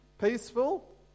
Peaceful